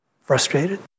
frustrated